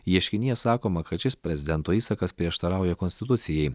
ieškinyje sakoma kad šis prezidento įsakas prieštarauja konstitucijai